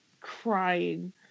crying